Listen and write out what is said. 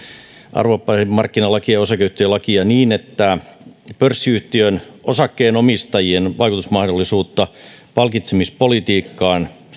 arvopaperimarkkinalakia ja osakeyhtiölakia niin että pörssiyhtiön osakkeenomistajien vaikutusmahdollisuutta palkitsemispolitiikkaan